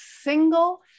single